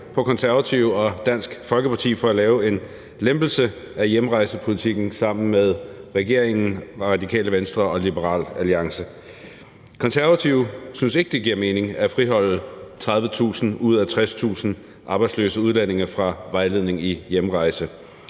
på Konservative og Dansk Folkeparti for at lave en lempelse af hjemrejsepolitikken sammen med regeringen, Radikale Venstre og Liberal Alliance. Konservative synes ikke, det giver mening at friholde 30.000 ud af 60.000 arbejdsløse udlændinge fra vejledning i hjemrejse.